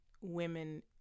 women